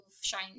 shine